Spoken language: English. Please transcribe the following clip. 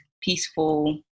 peaceful